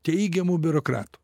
teigiamu biurokratu